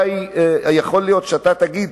יכול להיות שאתה תגיד